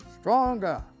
stronger